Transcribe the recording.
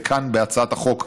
ובהצעת החוק,